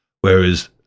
Whereas